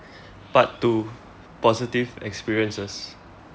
part two positive experiences